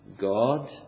God